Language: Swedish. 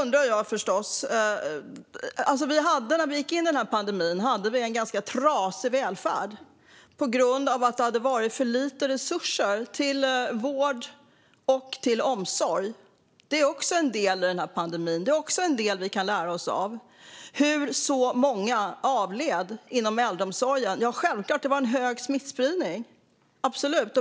När vi gick in i pandemin hade vi en ganska trasig välfärd eftersom det satsats för lite resurser på vård och omsorg. Det är också en del av pandemin och något vi kan lära oss av. Men många boende i äldreomsorgen avled självklart på grund av den höga smittspridningen.